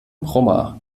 brummer